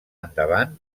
endavant